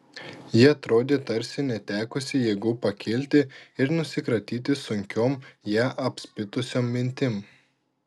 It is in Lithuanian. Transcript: ji atrodė tarsi netekusi jėgų pakilti ir nusikratyti sunkiom ją apspitusiom mintim